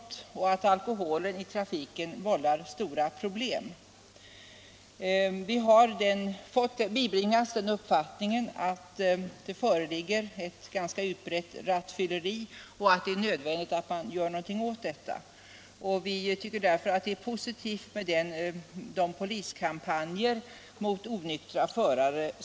Utskottets ledamöter är också eniga om att alkoholen i trafiken vållar stora problem. Vi har bibringats uppfattningen att ett ganska utbrett rattfylleri förekommer och att det är nödvändigt att man gör någonting åt det. Vi tycker därför att det är positivt att polisen inlett kampanjer mot onyktra förare.